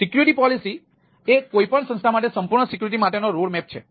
security પોલિસીએ કોઈપણ સંસ્થા માટે સંપૂર્ણ સિક્યુરિટી માટે નો રોડ મેપ છે